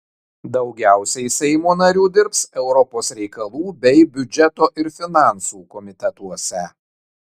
daugiausiai seimo narių dirbs europos reikalų bei biudžeto ir finansų komitetuose